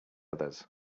others